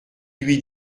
lui